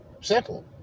Simple